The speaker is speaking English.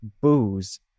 booze